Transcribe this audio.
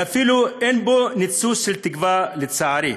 ואפילו אין בו ניצוץ של תקווה, לצערי.